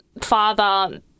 father